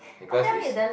because it's